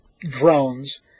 drones